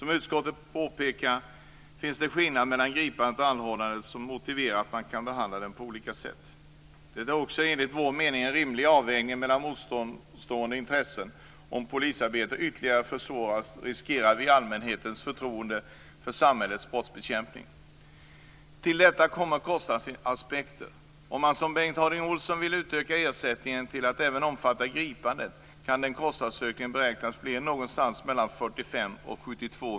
Som utskottet påpekar finns det skillnader mellan gripande och anhållande som motiverar att man behandlar dem på olika sätt. Det är också enligt vår mening en rimlig avvägning mellan motstående intressen. Till detta kommer kostnadsaspekterna.